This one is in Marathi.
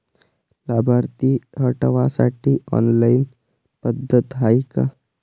लाभार्थी हटवासाठी ऑनलाईन पद्धत हाय का?